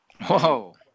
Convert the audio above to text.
Whoa